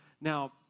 Now